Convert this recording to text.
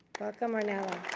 welcome, ornella.